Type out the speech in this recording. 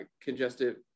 congestive